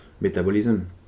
metabolism